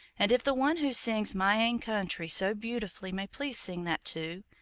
and if the one who sings my ain countree so beautifully may please sing that too.